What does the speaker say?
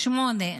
דבר שמיני,